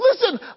Listen